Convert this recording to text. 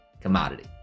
commodity